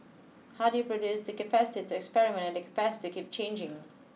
how do you produce the capacity to experiment and the capacity to keep changing